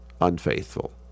unfaithful